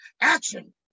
action